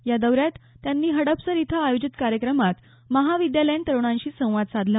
या दौऱ्यात त्यांनी हडपसर इथं आयोजित कार्यक्रमात महाविद्यालयीन तरुणांशी संवाद साधला